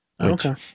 Okay